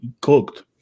cooked